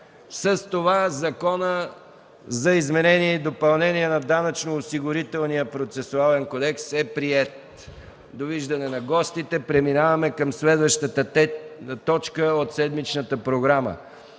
С това Законът за изменение и допълнение на Данъчно-осигурителния процесуален кодекс е приет. Довиждане на гостите. Преминаваме към следващата точка от седмичната програма: